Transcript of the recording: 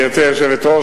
גברתי היושבת-ראש,